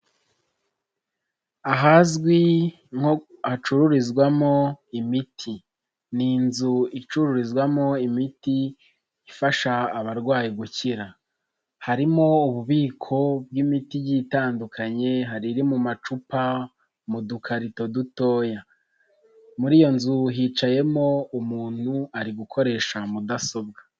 ahazwi nko hacururizwamo imiti, ni inzu icururizwamo imiti ifasha abarwayi gukira, harimo ububiko bw'imiti igiye itandukanye hari iri mu macupa mu dukarito dutoya, muri iyo nzu hicayemo umuntu ari gukoresha mudasobwa.